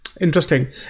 Interesting